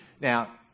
Now